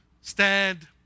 Stand